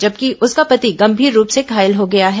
जबकि उसका पति गंभीर रूप से घायल हो गया है